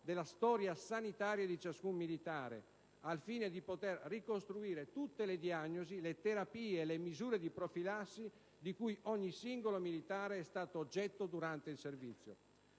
della storia sanitaria di ciascun militare, al fine di poter ricostruire tutte le diagnosi, le terapie e le misure di profilassi di cui ogni singolo militare è stato oggetto durante il servizio.